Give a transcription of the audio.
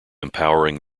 empowering